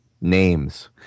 names